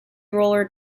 roller